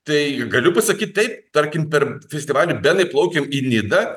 tai galiu pasakyt taip tarkim per festivalį benai plaukiam į nidą